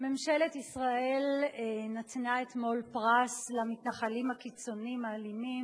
ממשלת ישראל נתנה אתמול פרס למתנחלים הקיצונים האלימים,